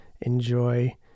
enjoy